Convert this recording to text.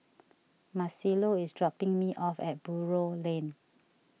Marcelo is dropping me off at Buroh Lane